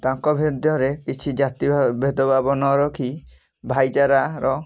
ତାଙ୍କ ଭେଦରେ କିଛି ଜାତି ଭେଦଭାବ ନ ରଖି ଭାଇଚାରାର